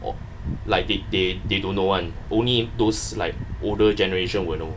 like they they they don't know [one] only those like older generation will know